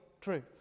truth